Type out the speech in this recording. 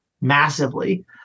massively